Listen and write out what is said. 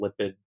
lipid